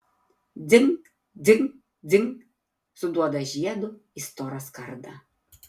dzingt dzingt dzingt suduoda žiedu į storą skardą